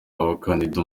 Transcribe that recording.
abakandida